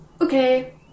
okay